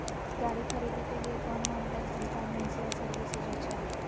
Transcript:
गाड़ी खरीदे के लिए कौन नॉन बैंकिंग फाइनेंशियल सर्विसेज अच्छा है?